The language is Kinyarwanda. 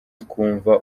twumva